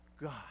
God